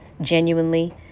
genuinely